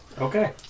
Okay